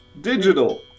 digital